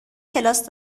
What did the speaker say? کلاس